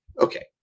Okay